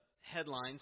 headlines